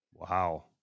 Wow